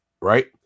right